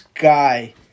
guy